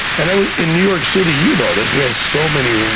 and i mean in new york city, you know this, we have so many,